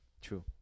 True